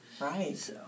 Right